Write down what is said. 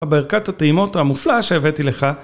הברכת הטעימות המופלאה שהבאתי לך